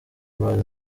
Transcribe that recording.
brand